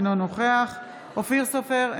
אינו נוכח אופיר סופר,